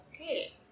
okay